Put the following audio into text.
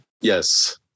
Yes